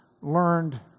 learned